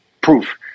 proof